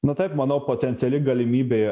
na taip manau potenciali galimybė